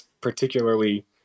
particularly